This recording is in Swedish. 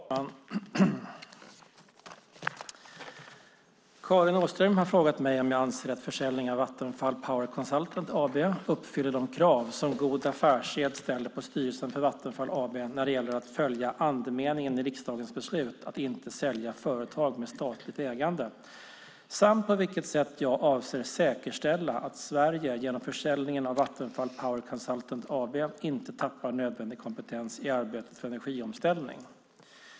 Fru talman! Karin Åström har frågat mig om jag anser att försäljningen av Vattenfall Power Consultant AB uppfyller de krav som god affärssed ställer på styrelsen för Vattenfall AB när det gäller att följa andemeningen i riksdagens beslut att inte sälja företag med statligt ägande samt på vilket sätt jag avser att säkerställa att Sverige, genom försäljningen av Vattenfall Power Consultant AB, inte tappar nödvändig kompetens i arbetet för energiomställning.